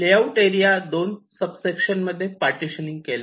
ले out area दोन subsection मध्ये पार्टीशन केला